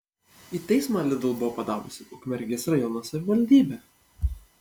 į teismą lidl buvo padavusi ukmergės rajono savivaldybė